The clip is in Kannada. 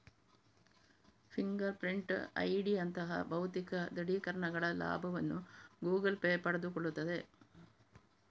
ಫಿಂಗರ್ ಪ್ರಿಂಟ್ ಐಡಿಯಂತಹ ಭೌತಿಕ ದೃಢೀಕರಣಗಳ ಲಾಭವನ್ನು ಗೂಗಲ್ ಪೇ ಪಡೆದುಕೊಳ್ಳುತ್ತದೆ